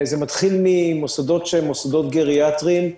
זה מתחיל ממוסדות שהם מוסדות גריאטריים,